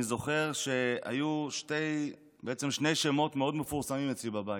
אני זוכר שהיו שני שמות מאוד מפורסמים אצלי בבית,